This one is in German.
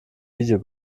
video